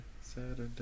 Saturday